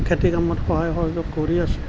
খেতিৰ কামত সহায় সহযোগ কৰি আছোঁ